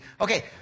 Okay